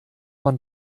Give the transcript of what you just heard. man